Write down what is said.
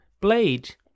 Blade